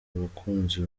bakunzi